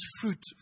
fruit